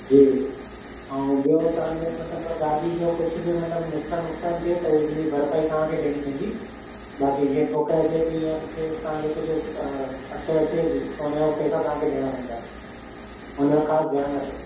जी ऐं ॿियो तव्हांजो मतलबु ॿ गाॾी जो कुझु नुक़सानु वुक़सान थिए थो पोइ हुनजी भरपाई तव्हांखे ॾियणी पवंदी बाक़ी जीअं ठोकर अचे जीअं किथे तव्हांखे कुझु अड़चन अचे थी त हुनजा पैसा तव्हांखे ॾियणा पवंदा हुनजो ख़ासि ध्यानु रखिजो